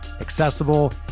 accessible